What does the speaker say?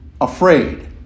afraid